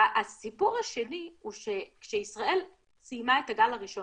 והסיפור השני הוא כשישראל סיימה את הגל הראשון